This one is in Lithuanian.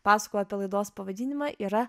pasakojau apie laidos pavadinimą yra